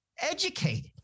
educated